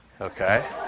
Okay